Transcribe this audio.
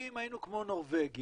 אם היינו כמו נורבגיה,